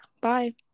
Bye